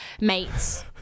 mates